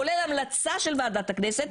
כולל המלצה של ועדת הכנסת,